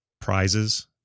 prizes